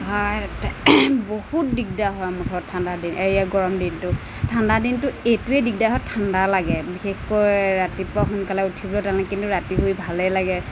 এ বহুত দিগদাৰ হয় মুঠত ঠাণ্ডা দিন এই গৰম দিনটো ঠাণ্ডা দিনটো এইটোৱেই দিগদাৰ হয় ঠাণ্ডা লাগে বিশেষকৈ ৰাতিপুৱা সোনকালে উঠিব লাগে কিন্তু ৰাতি শুই ভালেই লাগে